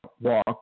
walk